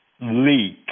leak